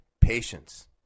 patience